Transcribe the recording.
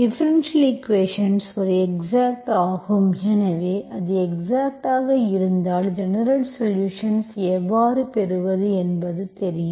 differential equations ஒரு exact ஆகும் எனவே அது எக்ஸாக்ட் ஆக இருந்தால் ஜெனரல்சொலுஷன்ஸ் எவ்வாறு பெறுவது என்பது தெரியும்